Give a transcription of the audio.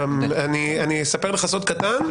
אני אספר לך סוד קטן.